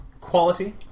quality